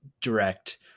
direct